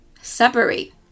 separate